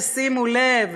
תשימו לב,